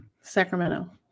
Sacramento